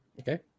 Okay